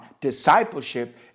discipleship